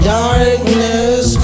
darkness